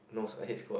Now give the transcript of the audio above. no I hate squats